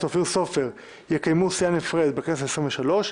אופיר סופר יקיימו סיעה נפרדת בכנסת ה-23.